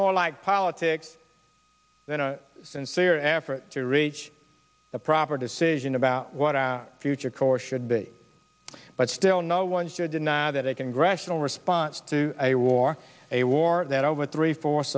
more like politics than a sincere effort to reach a proper decision about what our future course should be but still no one should deny that a congressional response to a war a war that over three fourths